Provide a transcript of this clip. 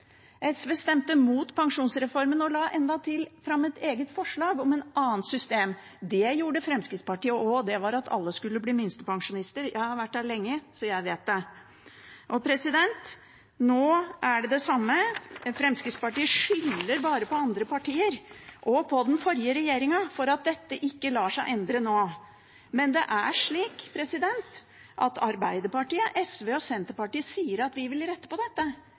SV også. SV stemte mot pensjonsreformen og la endatil fram et eget forslag om et annet system. Det gjorde Fremskrittspartiet også, og det var at alle skulle bli minstepensjonister. Jeg har vært her lenge, så jeg vet det! Nå er det det samme: Fremskrittspartiet skylder bare på andre partier og på den forrige regjeringen for at dette ikke lar seg endre nå. Men Arbeiderpartiet, SV og Senterpartiet sier vi vil rette på dette.